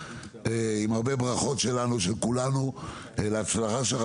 עם הרבה ברכות של כולנו להצלחה שלך,